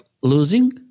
losing